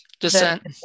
Descent